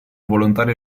volontario